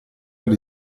alla